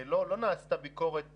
לא נעשתה ביקורת